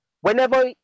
whenever